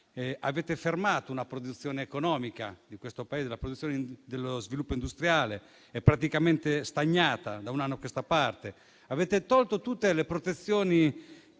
Avete fermato la produzione economica di questo Paese: la produzione dello sviluppo industriale è praticamente stagnante da un anno a questa parte. Avete tolto tutte le protezioni